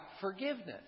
forgiveness